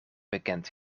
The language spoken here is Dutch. bekend